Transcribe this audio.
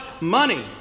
money